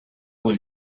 con